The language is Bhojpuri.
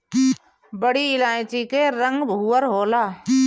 बड़ी इलायची के रंग भूअर होला